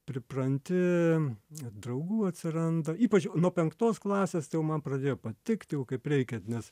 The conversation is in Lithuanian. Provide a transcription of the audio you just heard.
pripranti ir draugų atsiranda ypač nuo penktos klasės tai jau man pradėjo patikt kaip reikiant nes